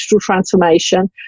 transformation